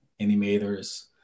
animators